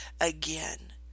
again